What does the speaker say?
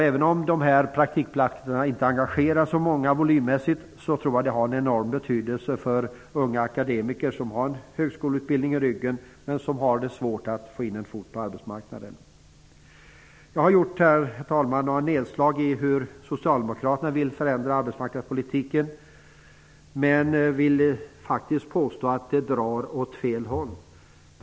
Även om akademikerpraktiken volymmässigt inte engagerar så många har den ändå betydelse för de unga akademiker som har en högskoleutbildning i ryggen och som har det svårt att få in en fot på arbetsmarknaden. Herr talman! Jag har gjort några nedslag i hur socialdemokraterna vill förändra arbetsmarknadspolitiken. Jag vill påstå att det drar åt fel håll.